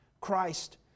Christ